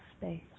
space